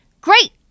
Great